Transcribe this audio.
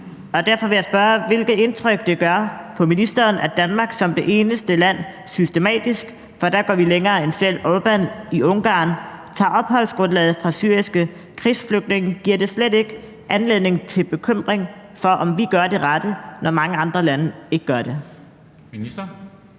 og derfor vil jeg spørge, hvilket indtryk det gør på ministeren, at Danmark som det eneste land systematisk – for der går vi længere end selv Órban i Ungarn – tager opholdsgrundlaget fra syriske krigsflygtninge. Giver det slet ikke anledning til bekymring for, om vi gør det rette, når mange andre lande ikke gør det?